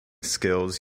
skills